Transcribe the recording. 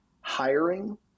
hiring